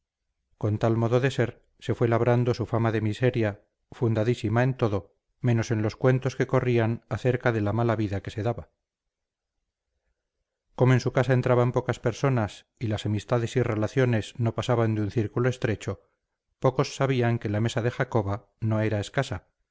con tal modo de ser se fue labrando su fama de miseria fundadísima en todo menos en los cuentos que corrían acerca de la mala vida que se daba como en su casa entraban pocas personas y las amistades y relaciones no pasaban de un círculo estrecho pocos sabían que la mesa de jacoba no era escasa